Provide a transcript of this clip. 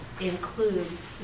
includes